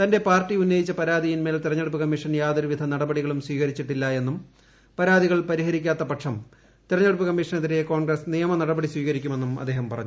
തന്റെ പാർട്ടി ഉന്നയിച്ച പരാതിയിന്മേൽ തെരഞ്ഞെടൂപ്പ് കമ്മീഷൻ യാതൊരുവിധ നടപടികളും സ്വീകരിച്ചിട്ടില്ലായെന്നും പരാതികൾ പരിഹരിക്കാത്ത പക്ഷം തെരഞ്ഞെടുപ്പ് കമ്മീഷനെതിരെ കോൺഗ്രസ് നിയമനടപടി സ്വീകരിക്കുമെന്നും അദ്ദേഹം പറഞ്ഞു